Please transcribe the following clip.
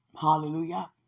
Hallelujah